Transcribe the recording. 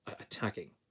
attacking